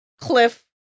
cliff